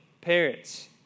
parents